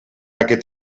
aquest